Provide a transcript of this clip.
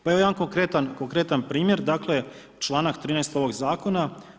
Pa evo jedan konkretan primjer, dakle članak 13., ovog Zakona.